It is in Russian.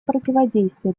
противодействия